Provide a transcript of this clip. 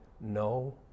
no